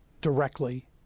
directly